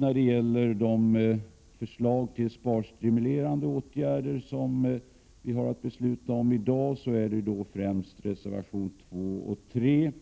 När det gäller de två förslagen till sparstimulerande åtgärder som det senare i dag skall fattas beslut om är det främst reservationerna 2 och 3